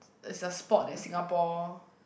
it's a sport that Singapore